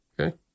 okay